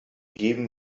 geben